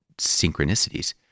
synchronicities